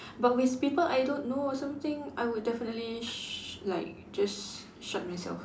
but with people I don't know or something I would definitely sh~ like just shut myself